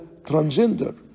transgender